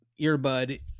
earbud